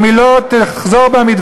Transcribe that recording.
אם היא לא תחזור מדבריה,